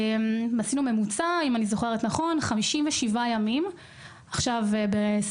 עשינו ממוצע, 57 ימים של המתנה.